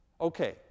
Okay